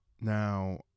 Now